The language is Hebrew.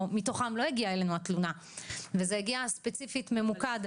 או מתוכם לא הגיעה אלינו התלונה וזה הגיע ספציפית ממוקד.